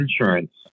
insurance